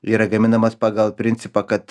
yra gaminamas pagal principą kad